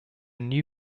new